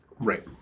Right